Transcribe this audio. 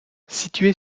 située